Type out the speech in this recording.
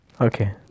Okay